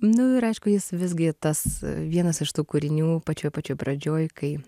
nu ir aišku jis visgi tas vienas iš tų kūrinių pačioj pačioj pradžioj kai